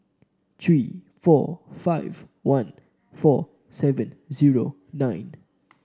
three four five one four seven zero nine